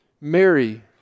Mary